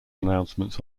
announcements